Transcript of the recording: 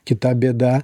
kita bėda